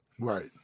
Right